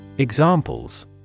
Examples